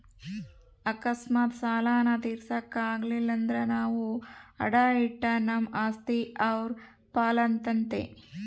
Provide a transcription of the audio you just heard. ಅಕಸ್ಮಾತ್ ಸಾಲಾನ ತೀರ್ಸಾಕ ಆಗಲಿಲ್ದ್ರ ನಾವು ಅಡಾ ಇಟ್ಟ ನಮ್ ಆಸ್ತಿ ಅವ್ರ್ ಪಾಲಾತತೆ